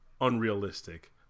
unrealistic